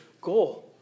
goal